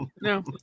no